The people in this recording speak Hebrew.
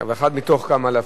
זה אחד מתוך כמה אלפים.